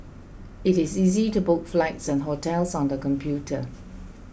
it is easy to book flights and hotels on the computer